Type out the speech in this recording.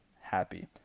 happy